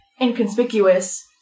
inconspicuous